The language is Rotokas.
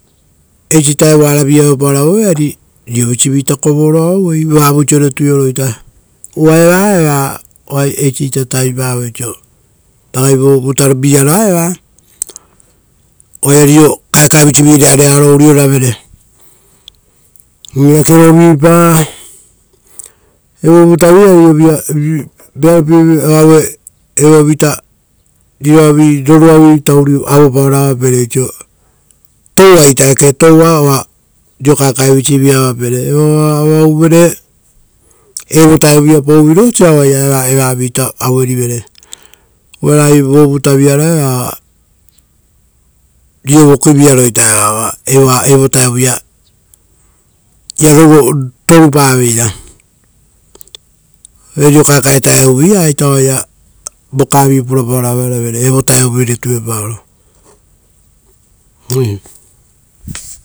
Eisi-ita evaravi auepaoro avauei ari rirovisi vi-ita kovoro avauei vavoisioreita tueoro uva eva, eva oa eisita tavipavoi oisio ragai vovutavi aroa eva oaia riro kaekaevisi-vi reareaoro urioravere, eakero vipa. Uvare evoavi vaita riroavi rorua, aueia toua, eeke? Vosa riro kaekae visi avapere toua. Evo vutaia pouvirosia oaia oavuita puravere uva ragai vovutaviaroa eva oaia toupaveira, vutare tuepaoro oaia oavu ita purapa.